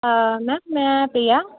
ma'am ਮੈਂ ਪ੍ਰਿਆ